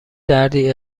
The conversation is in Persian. دردی